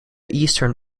eastern